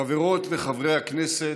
חברות וחברי הכנסת,